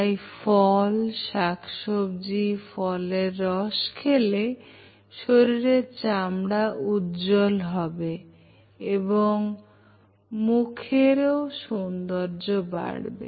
তাই ফল শাকসবজি ফলের রস খেলে শরীরের চামড়া উজ্জ্বল হবে এবং মুখের ও সৌন্দর্য বাড়বে